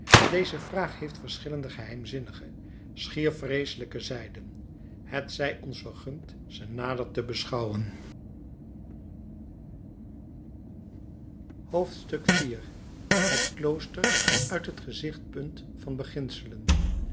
deze vraag heeft verschillende geheimzinnige schier vreeselijke zijden het zij ons vergund ze nader te beschouwen vierde hoofdstuk het klooster uit het gezichtspunt van